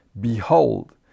Behold